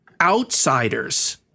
outsiders